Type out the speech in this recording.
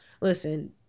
listen